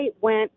went